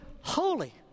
holy